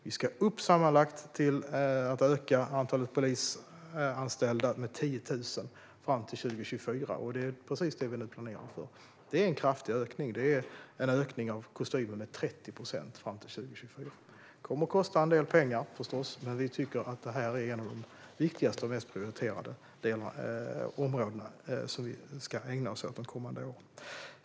Vi ska sammanlagt öka antalet polisanställda med 10 000 fram till 2024. Det är precis det vi nu planerar för. Det är en kraftig ökning. Det är en ökning av kostymen med 30 procent fram till 2024. Det kommer förstås att kosta en del pengar, men vi tycker att det här är ett av de viktigaste och mest prioriterade områdena som vi ska ägna oss åt de kommande åren.